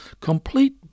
complete